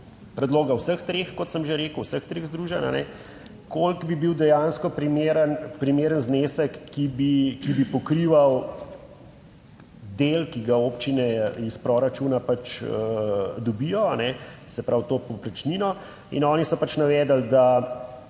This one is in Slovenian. predloga vseh treh, kot sem že rekel, vseh treh združenj, koliko bi bil dejansko primeren, primeren znesek, ki bi, ki bi pokrival del, ki ga občine iz proračuna pač dobijo, se pravi to povprečnino in oni so pač navedli da